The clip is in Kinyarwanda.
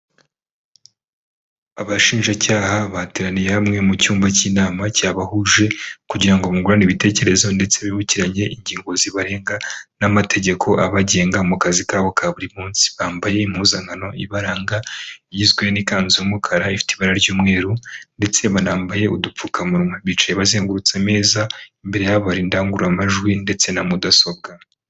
Abashinjacyaha bateraniye hamwe mu cyumba cy'inama cyabahuje, kugira ngo bungurane ibitekerezo ndetse bibukiranye ingingo zibarenga n'amategeko abagenga mu kazi kabo ka buri munsi, bambaye impuzankano ibaranga igizwe n'ikanzu y'umukara ifite ibara ry'umweru ndetse banambaye udupfukamunwa bicaye bazengurutse ameza imbere yabo hari indangururamajwi ndetse na mudasobwa.